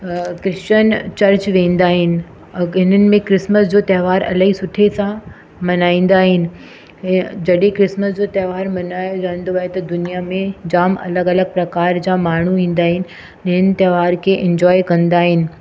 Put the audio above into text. अ Christian church वेदां आहिनि हिननि में क्रिसमस जो त्योहार इलाही सुठे सां मलहाईंदां आहिनि जॾहिं क्रिसमस जो त्योहार मल्हाए रहंदो आहे त दुनिया में जामु अलॻि अलॻि प्रकार जा माण्हू ईंदा आहिनि हिन त्योहार के इजॉय कदां आहिनि